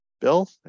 Bill